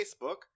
Facebook